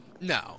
no